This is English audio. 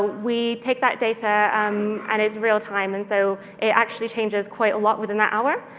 we take that data um and it's real time. and so, it actually changes quite a lot within that hour.